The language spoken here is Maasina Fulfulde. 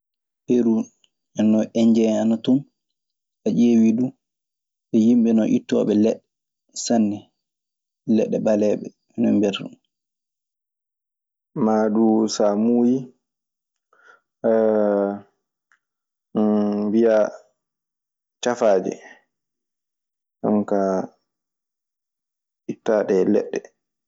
Peru, nden non endien ana ton. So a ƴeewii du, ɓe yimɓe non ittooɓe leɗɗe sanne, leɗɗe ɓaleeɓe. Minen mbiyata non. Maa du so a muuyi mbiya: tefaaje, ɗun kaa ittaɗe leɗɗe.